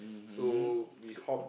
so we hopped